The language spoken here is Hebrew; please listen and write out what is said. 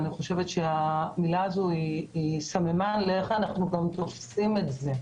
אני חושבת שהמילה הזאת היא סממן לאיך אנחנו גם תופסים את זה.